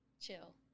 Chill